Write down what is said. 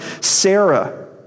Sarah